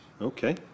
Okay